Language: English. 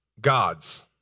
God's